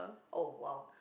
oh !wow!